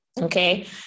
okay